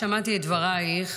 שמעתי את דברייך,